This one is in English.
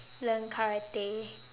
learn karate